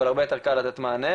אבל זה הרבה יותר קל לתת מענה,